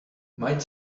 might